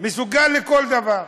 מסוגל לכל דבר.